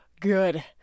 good